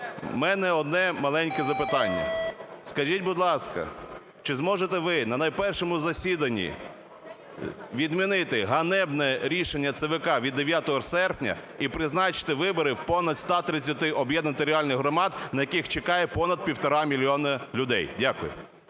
У мене одне маленьке запитання. Скажіть, будь ласка, чи зможете ви на найпершому засіданні відмінити ганебне рішення ЦВК від 9 серпня і призначити вибори в понад 130 об'єднаних територіальних громадах, на яких чекає понад півтора мільйона людей? Дякую.